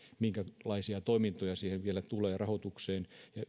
minkälaisia toimintoja siihen vielä tulee rahoitukseen ja